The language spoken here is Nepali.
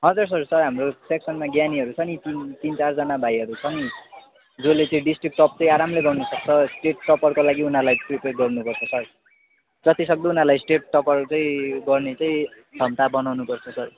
हजर सर सर हाम्रो सेक्सनमा ज्ञानीहरू छ नि तिन चारजना भाइहरू छ नि जोले चाहिँ डिस्ट्रिक्ट टप चाहिँ आरामले गर्नुसक्छ स्टेट टप्परकोलागि उनीहरूरलाई प्रिपेयर गर्नुपर्छ सर जतिसक्दो उनीहरूलाई स्टेट टप्पर चाहिँ गर्ने चाहिँ क्षमता बनाउनु पर्छ सर